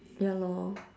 ya lor